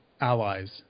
allies